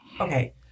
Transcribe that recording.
Okay